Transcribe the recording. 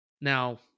Now